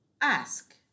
ask